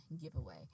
giveaway